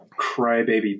crybaby